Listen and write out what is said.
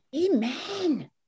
Amen